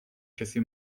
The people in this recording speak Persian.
کسی